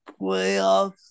playoffs